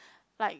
like